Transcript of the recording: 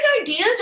ideas